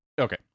Okay